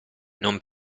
non